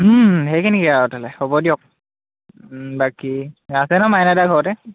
সেইখিনিকে আৰু তেতিয়াহ'লে হ'ব দিয়ক বাকী আছে নহয় মাইনাকেইটা ঘৰতে